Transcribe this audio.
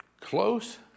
close